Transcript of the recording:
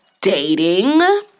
dating